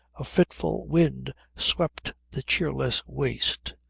a fitful wind swept the cheerless waste,